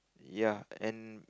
ya and